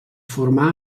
formà